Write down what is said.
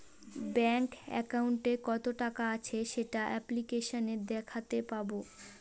bank একাউন্টে কত টাকা আছে সেটা অ্যাপ্লিকেসনে দেখাতে পাবো